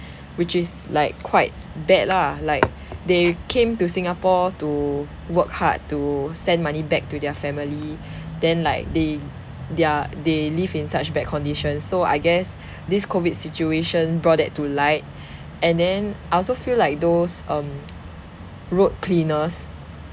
which is like quite bad lah like they came to singapore to work hard to send money back to their family then like they their they live in such bad conditions so I guess this COVID situation brought that to light and then I also feel like those um road cleaners